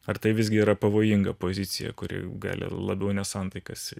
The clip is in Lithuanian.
ar tai visgi yra pavojinga pozicija kuri gali labiau nesantaikas